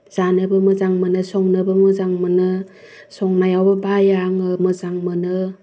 जानोबो मोजां मोनो संनोबो मोजां मोनो संनायावबो बाया आङो मोजां मोनो